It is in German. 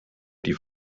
die